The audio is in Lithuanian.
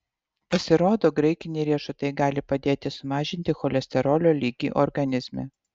pasirodo graikiniai riešutai gali padėti sumažinti cholesterolio lygį organizme